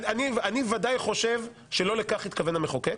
אני בוודאי חושב שלא לכך התכוון המחוקק.